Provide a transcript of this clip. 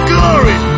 Glory